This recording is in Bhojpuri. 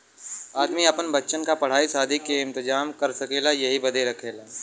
आदमी आपन बच्चन क पढ़ाई सादी के इम्तेजाम कर सकेला यही बदे रखला